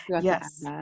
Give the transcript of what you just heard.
Yes